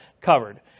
covered